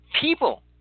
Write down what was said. people